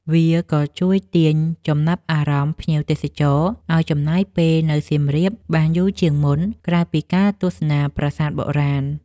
វាក៏ជួយទាញចំណាប់អារម្មណ៍ភ្ញៀវទេសចរឱ្យចំណាយពេលនៅសៀមរាបបានយូរជាងមុន ក្រៅពីការទស្សនាប្រាសាទបុរាណ។